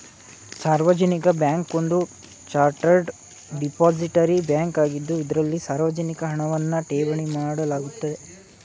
ಸಾರ್ವಜನಿಕ ಬ್ಯಾಂಕ್ ಒಂದು chartered depository bank ಆಗಿದ್ದು ಇದ್ರಲ್ಲಿ ಸಾರ್ವಜನಿಕ ಹಣವನ್ನ ಠೇವಣಿ ಮಾಡಲಾಗುತ್ತೆ